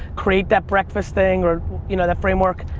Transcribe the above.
create that breakfast thing or you know that framework.